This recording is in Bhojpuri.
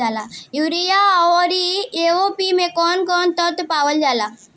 यरिया औरी ए.ओ.पी मै कौवन कौवन तत्व पावल जाला?